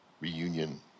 reunion